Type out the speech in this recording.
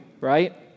right